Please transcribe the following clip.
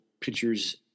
pitchers